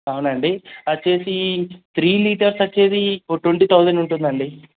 అవునాండి వచ్చేసి three litres వచ్చేది ఓ ట్వంటీ తౌజండ్ ఉంటుందండి